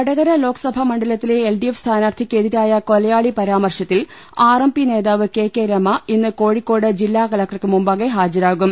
വടകര ലോക്സഭാ മണ്ഡലത്തിലെ സ്ഥാനാർത്ഥിക്കെതിരായ കൊലയാളി പരാമർശത്തിൽ ആർഎംപി നേതാവ് കെ കെ രമ ഇന്ന് കോഴിക്കോട്ട് ജില്ലാ കലക്ടർക്ക് മുമ്പാകെ ഹാജരാവും